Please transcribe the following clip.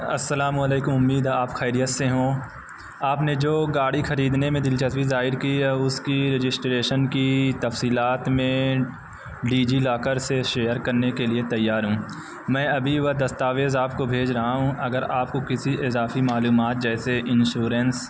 السلام علیکم امید آپ خریت سے ہوں آپ نے جو گاڑی خریدنے میں دلچسپی ظاہر کی ہے اس کی رجسٹریشن کی تفصیلات میں ڈی جی لاکر سے شیئر کرنے کے لیے تیار ہوں میں ابھی وہ دستاویز آپ کو بھیج رہا ہوں اگر آپ کو کسی اضافی معلومات جیسے انشورنس